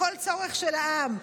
לכל צורך של העם,